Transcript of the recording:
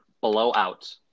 blowout